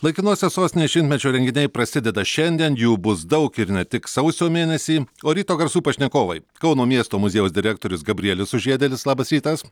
laikinosios sostinės šimtmečio renginiai prasideda šiandien jų bus daug ir ne tik sausio mėnesį o ryto garsų pašnekovai kauno miesto muziejaus direktorius gabrielius sužiedėlis labas rytas